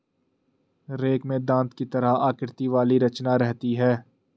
rake में दाँत की तरह आकृति वाली रचना रहती है